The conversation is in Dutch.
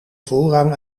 voorrang